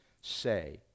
say